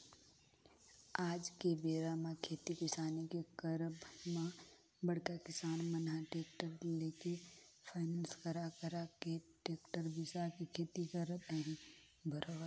आज के बेरा म खेती किसानी के करब म बड़का किसान मन ह टेक्टर लेके फायनेंस करा करा के टेक्टर बिसा के खेती करत अहे बरोबर